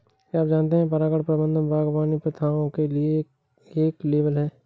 क्या आप जानते है परागण प्रबंधन बागवानी प्रथाओं के लिए एक लेबल है?